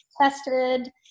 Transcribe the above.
tested